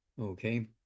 okay